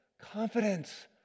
confidence